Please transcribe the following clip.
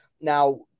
Now